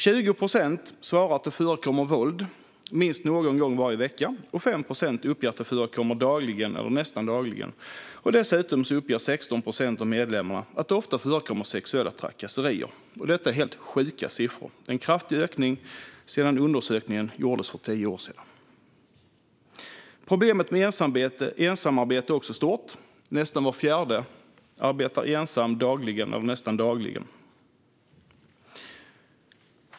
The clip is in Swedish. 20 procent svarar att det förekommer våld minst någon gång varje vecka. 5 procent uppger att det förekommer dagligen eller nästan dagligen. Dessutom uppger 16 procent av medlemmarna att det ofta förekommer sexuella trakasserier. Detta är helt sjuka siffror. Det är en kraftig ökning sedan den undersökning som gjordes för tio år sedan. Problemet med ensamarbete är också stort. Nästan var fjärde arbetar ensam dagligen eller nästan dagligen.